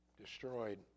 destroyed